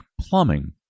plumbing